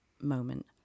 moment